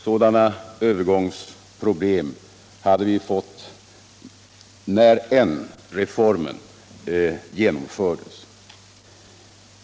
Sådana övergångsproblem hade vi fått när än reformen genomfördes.